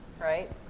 right